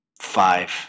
five